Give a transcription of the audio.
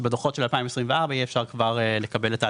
שכבר בדו"חות של 2024 יהיה אפשר לקבל את ההטבה,